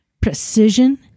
precision